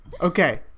Okay